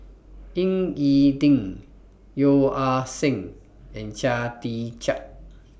Ying E Ding Yeo Ah Seng and Chia Tee Chiak